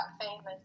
famous